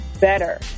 better